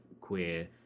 queer